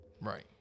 Right